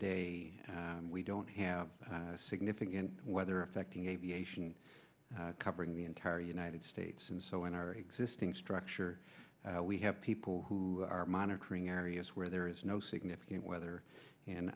day we don't have significant weather affecting aviation covering the entire united states and so in our existing structure we have people who are monitoring areas where there is no significant weather and